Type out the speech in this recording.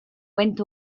went